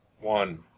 One